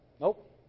Nope